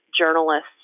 Journalist's